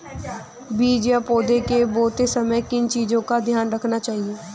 बीज या पौधे को बोते समय किन चीज़ों का ध्यान रखना चाहिए?